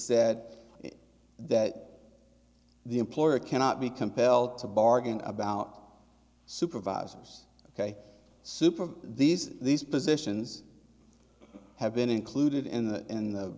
said that the employer cannot be compelled to bargain about supervisors ok soup of these these positions have been included in the in the